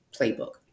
playbook